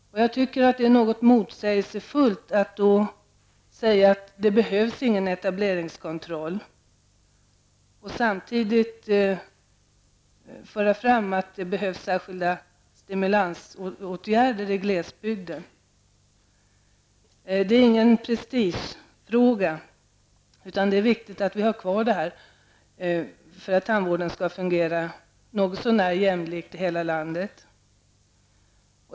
Jag tycker därför att det är motsägelsefullt när man påstår att det inte behövs någon etableringskontroll, samtidigt som man föreslår särskilda stimulansåtgärder i glesbygden. Detta är för socialdemokratin inte någon prestigefråga, utan vi anser att det är viktigt att man har kvar etableringskontrollen för att tandvården skall fungera något så när jämlikt i hela landet.